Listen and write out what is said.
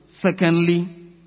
secondly